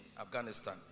Afghanistan